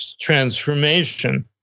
transformation